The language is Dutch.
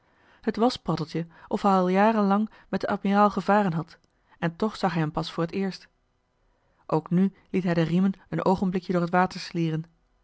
het was paddeltje of hij al jaren lang met den admiraal gevaren had en toch zag hij hem pas voor t eerst ook nu liet hij de riemen een oogenblikje door het water